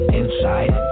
inside